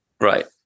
Right